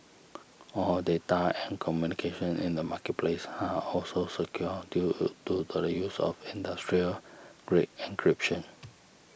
all data and communication in the marketplace are also secure due to the use of industrial grade encryption